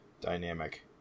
dynamic